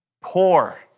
Poor